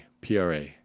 PRA